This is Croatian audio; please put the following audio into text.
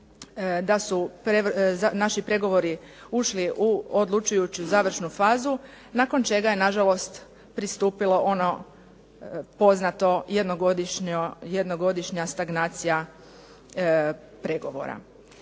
da su naši pregovori ušli u odlučujuću završnu fazu, nakon čega je nažalost pristupilo ono poznato jednogodišnja stagnacija pregovora.